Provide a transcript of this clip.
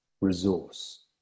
resource